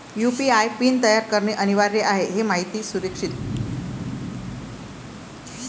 UPI PIN तयार करणे अनिवार्य आहे हे माहिती सुरक्षित